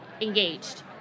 engaged